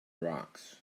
rocks